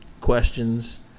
questions